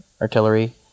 artillery